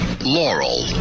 Laurel